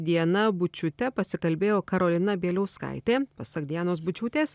diana bučiūte pasikalbėjo karolina bieliauskaitė pasak dianos bučiūtės